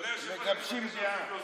אדוני היושב-ראש, מגבשים דעה.